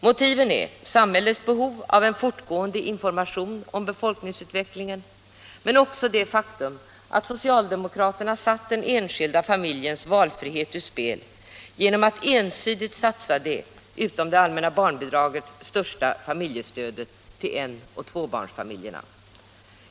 Motivet är samhällets behov av en fortgående information om befolkningsutvecklingen men också det faktum att socialdemokraterna satt den enskilda familjens valfrihet ur spel genom att ensidigt satsa det största familjestödet, bortsett från det allmänna barnbidraget, på en och tvåbarnsfamiljerna.